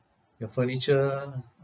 your furniture